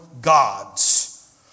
gods